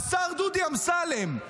השר דודי אמסלם,